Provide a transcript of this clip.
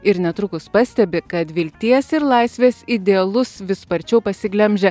ir netrukus pastebi kad vilties ir laisvės idealus vis sparčiau pasiglemžia